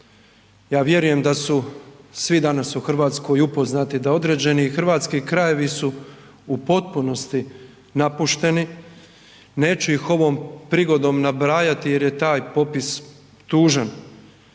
Ja vjerujem da su svi danas u Hrvatskoj upoznati da određeni hrvatski krajevi su u potpunosti napušteni, neću ih ovom prigodom nabrajati jer je taj popis tužan